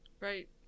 Right